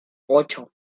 ocho